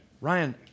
Ryan